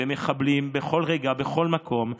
במציאות של מחבלים בכל רגע ובכל מקום.